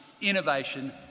innovation